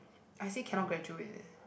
I said cannot graduate leh